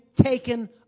taken